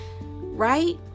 right